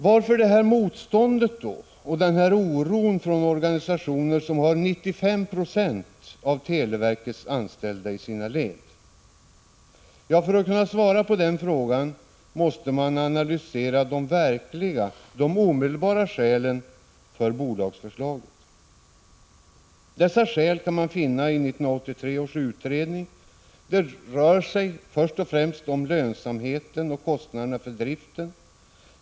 Varför då detta motstånd och denna oro från organisationer som har 95 96 av televerkets anställda i sina led? För att kunna svara på den frågan måste man analysera de verkliga, de omedelbara skälen för bolagsförslaget. Dessa skäl kan man finna i 1983 års utredning. Det rör sig först och främst om lönsamheten och kostnaderna för driften.